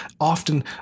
often